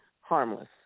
harmless